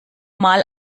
mal